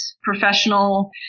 professional